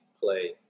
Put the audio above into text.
play